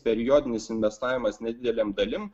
periodinis investavimas nedidelėm dalim